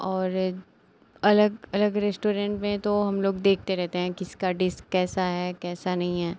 और ये अलग अलग रेश्टोरेन्ट में तो हम लोग देखते रहते हैं किसकी डिस कैसी है कैसी नहीं है